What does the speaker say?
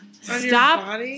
Stop